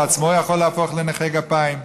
הוא עצמו יכול להפוך לנכה גפיים,